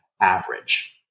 average